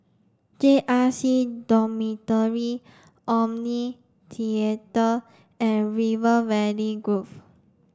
J R C Dormitory Omni Theatre and River Valley Grove